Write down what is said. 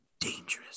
dangerous